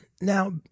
Now